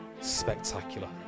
spectacular